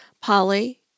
Polly